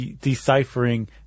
deciphering